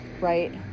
Right